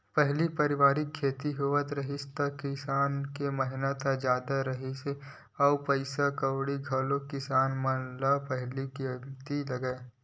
पहिली पारंपरिक खेती होवत रिहिस त किसान के मेहनत जादा राहय अउ पइसा कउड़ी घलोक किसान मन न पहिली कमती लगय